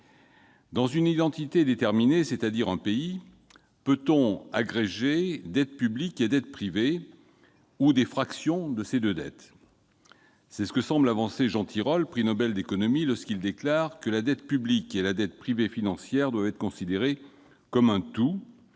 Dans une entité déterminée, c'est-à-dire un pays, peut-on agréger dette publique et dette privée ou des fractions de ces deux dettes ? C'est ce que semble avancer Jean Tirole, prix Nobel d'économie, lorsqu'il déclare que la dette publique et la dette privée financière doivent être considérées comme un tout